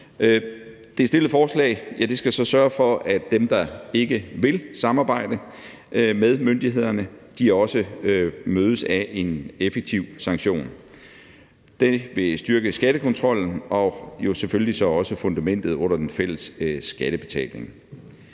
Det fremsatte forslag skal så sørge for, at dem, der ikke vil samarbejde med myndighederne, mødes af en effektiv sanktion. Det vil styrke skattekontrollen og selvfølgelig også fundamentet under den fælles skattebetaling.